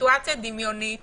סיטואציה דמיונית